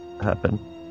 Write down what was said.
happen